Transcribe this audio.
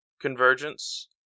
Convergence